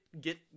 get